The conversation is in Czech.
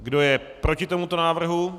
Kdo je proti tomuto návrhu?